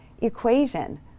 equation